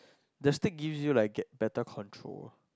the stick gives you like get better control